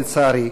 לצערי,